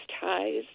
ties